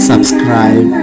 Subscribe